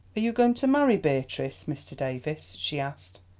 are you going to marry beatrice, mr. davies? she asked.